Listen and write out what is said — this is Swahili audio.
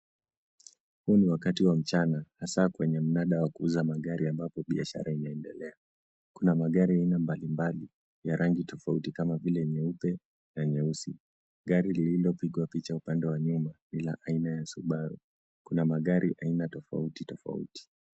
Huu ni wakati wa mchana hasa kwenye mnada wa kuuza magari ambapo biashara inaendelea. Kuna magari ya aina mbalimbali ya rangi tofauti kama vile nyeupe na nyeusi. Gari lililopigwa picha upande wa nyuma ni la aina ya subaru. Kuna magri aina tofautitofauti.